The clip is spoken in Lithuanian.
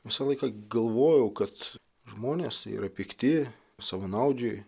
visą laiką galvojau kad žmonės yra pikti savanaudžiai